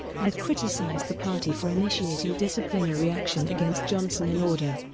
and criticised the party for initiating disciplinary action against johnson in order,